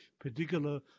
particular